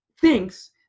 thinks